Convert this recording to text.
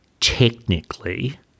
technically